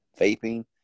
vaping